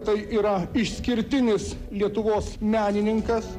tai yra išskirtinis lietuvos menininkas